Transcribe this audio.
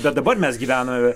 bet dabar mes gyvena